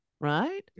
right